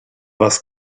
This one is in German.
was